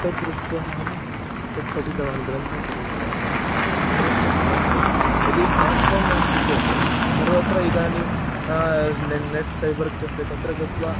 तद् दृष्ट्वा अहं तत् पठितवान् ग्रन्थं पठितवान् पुनश्च स्मार्ट् फ़ोन् यदि स्मार्ट् फ़ोन् नास्ति चेत् सर्वत्र इदानीं स् ने नेट् सैबर् कृते तत्र गत्वा